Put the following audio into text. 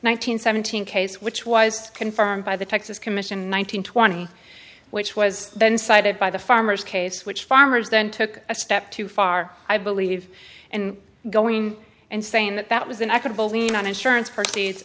hundred seventeen case which was confirmed by the texas commission one nine hundred twenty which was then cited by the farmers case which farmers then took a step too far i believe in going and saying that that was an equitable lien on insurance parties